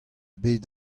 bet